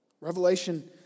Revelation